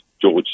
George